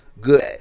good